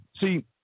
See